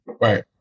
right